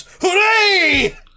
Hooray